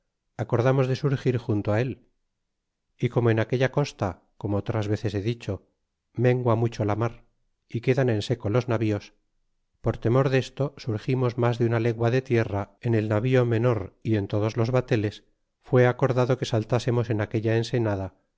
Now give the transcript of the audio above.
arroyo acordamoo surgir junto a él y como en aquella costa como otras veces he dicho mengua mucho la mar y quedan en seco los navíos por temor desto surgimos mas de una legua de tierra en el navío menor y en todos los bateles fue acordado que saltasemos en aquella ensenada